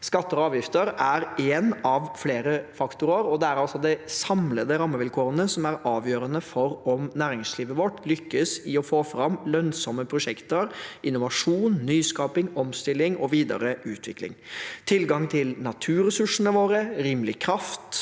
Skatter og avgifter er én av flere faktorer, og det er de samlede rammevilkårene som er avgjørende for om næringslivet vårt lykkes i å få fram lønnsomme prosjekter, innovasjon, nyskaping, omstilling og videre utvikling. Tilgang til naturressursene våre og rimelig kraft,